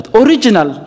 original